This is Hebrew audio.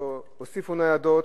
הוסיפו ניידות,